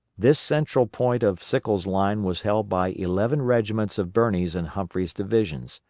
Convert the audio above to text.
this central point of sickles' line was held by eleven regiments of birney's and humphreys' divisions.